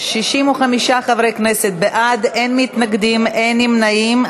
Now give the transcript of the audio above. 65 חברי כנסת בעד, אין מתנגדים, אין נמנעים.